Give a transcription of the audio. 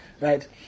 Right